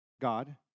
God